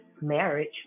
marriage